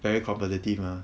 very competitive mah